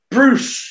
Bruce